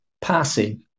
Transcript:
passing